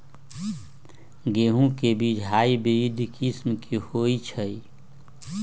गेंहू के बीज हाइब्रिड किस्म के होई छई?